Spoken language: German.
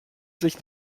sich